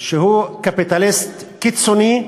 שהוא קפיטליסט קיצוני,